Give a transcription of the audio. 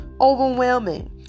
overwhelming